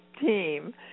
team